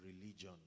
religion